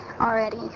already